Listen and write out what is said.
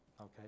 okay